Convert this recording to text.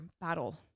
battle